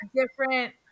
different